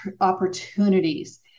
opportunities